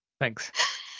Thanks